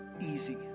easy